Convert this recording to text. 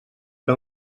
que